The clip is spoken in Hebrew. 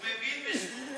הוא מבין בספורט.